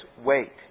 wait